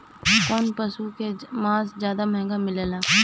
कौन पशु के मांस ज्यादा महंगा मिलेला?